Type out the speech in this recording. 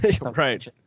Right